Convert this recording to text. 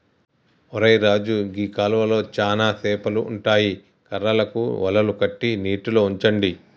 ఒరై రాజు గీ కాలువలో చానా సేపలు ఉంటాయి కర్రలకు వలలు కట్టి నీటిలో ఉంచండి